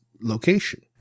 location